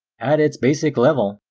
at its basic level,